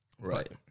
Right